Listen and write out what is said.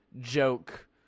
joke